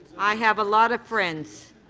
i have lot of friends.